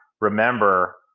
remember